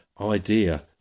idea